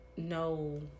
no